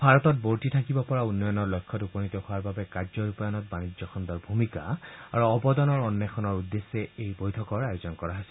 ভাৰতত ৱৰ্তি থাকিব পৰা উন্নয়নৰ লক্ষ্যত উপনীত হোৱাৰ বাবে কাৰ্য ৰূপায়ণত বাণিজ্য খণ্ডৰ ভূমিকা আৰু অৱদানৰ অম্বেষণৰ উদ্দেশ্যে এই বৈঠকৰ আয়োজন কৰা হৈছে